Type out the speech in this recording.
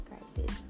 crisis